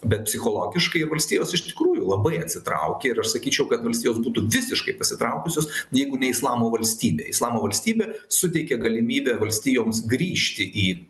bet psichologiškai valstijos iš tikrųjų labai atsitraukė ir aš sakyčiau kad valstijos būtų visiškai pasitraukusios jeigu ne islamo valstybė islamo valstybė suteikė galimybę valstijoms grįžti į